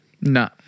No